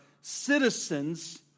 citizens